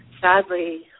Sadly